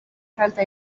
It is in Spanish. santa